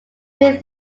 between